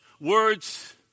words